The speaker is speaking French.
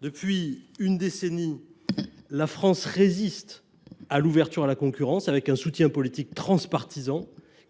Depuis une décennie, la France résiste à l’ouverture à la concurrence. Le soutien politique transpartisan en la